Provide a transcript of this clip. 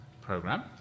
program